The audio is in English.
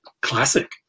classic